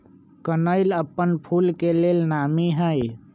कनइल अप्पन फूल के लेल नामी हइ